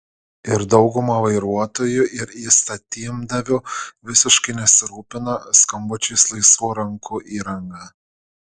ir dauguma vairuotojų ir įstatymdavių visiškai nesirūpina skambučiais laisvų rankų įranga